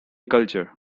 culture